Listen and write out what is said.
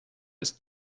ist